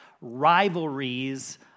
rivalries